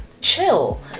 Chill